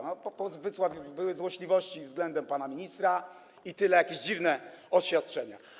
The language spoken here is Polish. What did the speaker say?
No były złośliwości względem pana ministra, i tyle, jakieś dziwne oświadczenia.